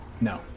No